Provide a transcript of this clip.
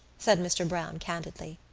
said mr. browne candidly.